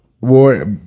War